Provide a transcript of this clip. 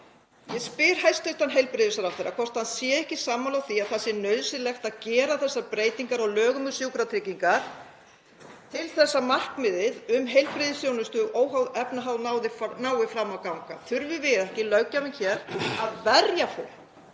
Ég spyr hæstv. heilbrigðisráðherra hvort hann sé ekki sammála því að það sé nauðsynlegt að gera þessar breytingar á lögum um sjúkratryggingar til þess að markmiðið um heilbrigðisþjónustu óháð efnahag nái fram að ganga. Þurfum við ekki, löggjafinn, að verja fólk